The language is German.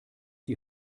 die